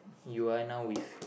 you are now with